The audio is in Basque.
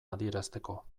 adierazteko